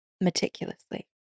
meticulously